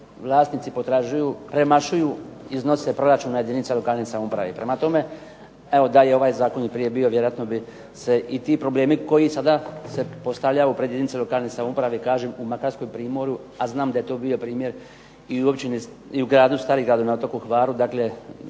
vlasnici potražuju premašuju iznose proračuna jedinica lokalne samouprave. Prema tome, evo da je ovaj zakon prije bio vjerojatno bi se i ti problemi koji sada se postavljaju pred jedinice lokalne samouprave, kažem u Makarskom primorju, a znam da je to bio primjer i u gradu Starigradu na otoku Hvaru. Dakle,